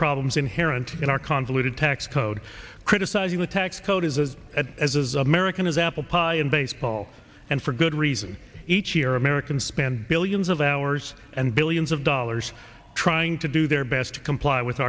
problems inherent in our convoluted tax code criticizing the tax code is as at as american as apple pie and baseball and for good reason each year americans spend billions of hours and billions of dollars trying to do their best to comply with